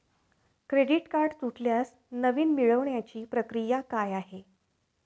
Credit card तुटल्यास नवीन मिळवण्याची प्रक्रिया काय आहे?